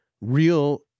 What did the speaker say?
real